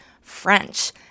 French